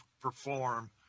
perform